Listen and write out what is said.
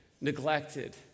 neglected